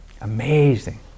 Amazing